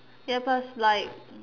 ya plus like